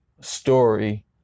story